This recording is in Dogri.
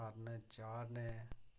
हरन चाढ़ने